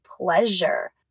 pleasure